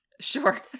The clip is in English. sure